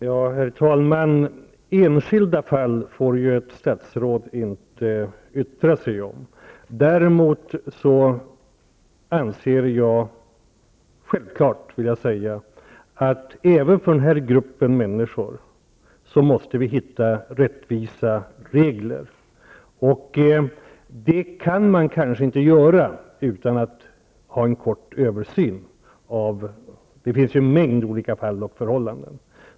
Herr talman! Enskilda fall får ju ett statsråd inte yttra sig om. Däremot anser jag -- självklart, vill jag säga -- att vi även för den här gruppen måste komma fram till rättvisa regler. Det kan man kanske inte göra utan att genomföra en kort översyn -- det finns en mängd olika fall och förhållanden.